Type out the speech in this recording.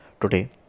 today